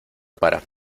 para